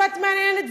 יפעת מהנהנת,